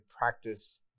practice